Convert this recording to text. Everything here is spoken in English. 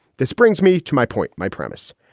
this brings me to my point, my premise.